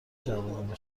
جوونا